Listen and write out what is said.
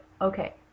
okay